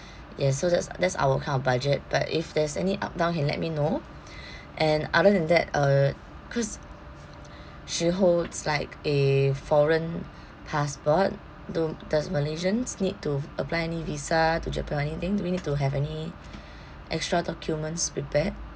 ya so that's that's our kind of budget but if there's any up down can let me know and other than that uh cause she holds like a foreign passport do does malaysians need to apply any visa to japan or anything do we need to have any extra documents prepared